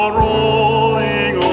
rolling